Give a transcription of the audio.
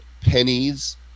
pennies